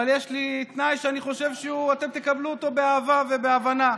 אבל יש לי תנאי שאני חושב שאתם תקבלו אותו באהבה ובהבנה: